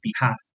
behalf